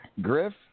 Griff